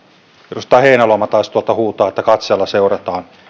edustaja heinäluoma taisi tuolta huutaa että katseella seurataan ja